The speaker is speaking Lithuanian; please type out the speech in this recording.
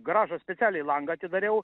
garažo specialiai langą atidariau